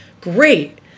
great